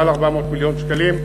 מעל 400 מיליון שקלים,